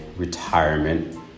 retirement